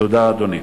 תודה, אדוני.